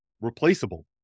replaceable